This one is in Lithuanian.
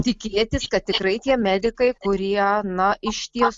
tikėtis kad tikrai tie medikai kurie na išties